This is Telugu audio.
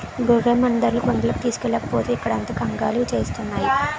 గొర్రెమందల్ని కొండకి తోలుకెల్లకపోతే ఇక్కడంత కంగాలి సేస్తున్నాయి